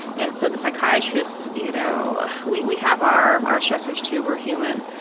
and so the psychiatrists, you know we we have our our stressors too, we're human,